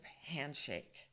handshake